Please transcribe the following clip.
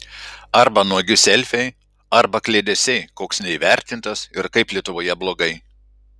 arba nuogi selfiai arba kliedesiai koks neįvertintas ir kaip lietuvoje blogai